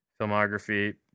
filmography